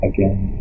Again